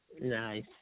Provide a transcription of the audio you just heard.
Nice